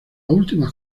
últimas